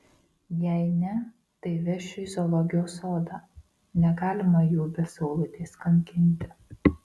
jei ne tai vešiu į zoologijos sodą negalima jų be saulutės kankinti